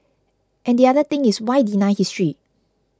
and the other thing is why deny history